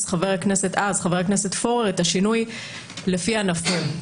אז חבר הכנסת פורר את השינוי לפי ענפים.